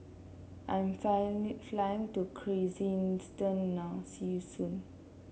I'm fly to Kyrgyzstan now see you soon